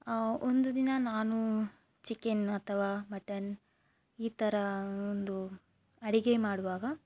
ಒಂದು ದಿನ ನಾನು ಚಿಕೆನ್ ಅಥವಾ ಮಟನ್ ಈ ಥರ ಒಂದು ಅಡಿಗೆ ಮಾಡುವಾಗ